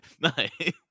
Nice